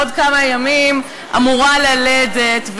בעוד כמה ימים אמורה ללדת,